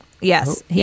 Yes